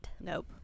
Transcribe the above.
Nope